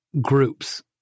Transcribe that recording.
groups